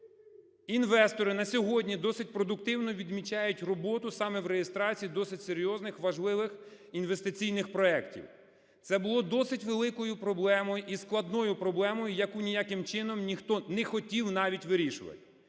Інвестори на сьогодні досить продуктивно відмічають роботу саме в реєстрації досить серйозних, важливих інвестиційних проектів. Це було досить великою проблемою і складною проблемою, яку ніяким чином ніхто не хотів навіть вирішувати.